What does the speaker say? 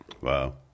Wow